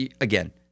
again